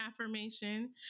affirmation